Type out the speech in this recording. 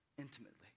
intimately